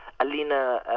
Alina